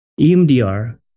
EMDR